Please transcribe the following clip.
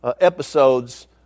episodes